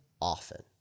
often